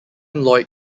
lloyd